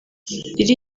iriya